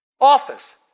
office